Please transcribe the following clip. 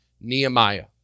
Nehemiah